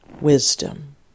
wisdom